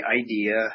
idea